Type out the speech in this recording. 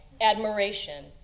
admiration